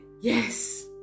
yes